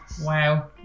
wow